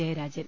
Jayarajan